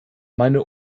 meine